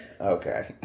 Okay